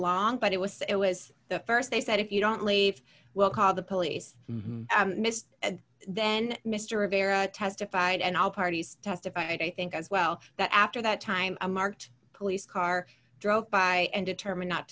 long but it was it was the st they said if you don't leave we'll call the police mr and then mr rivera testified and all parties testify and i think as well that after that time a marked police car drove by and determined not